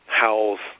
howls